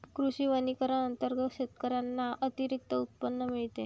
कृषी वनीकरण अंतर्गत शेतकऱ्यांना अतिरिक्त उत्पन्न मिळते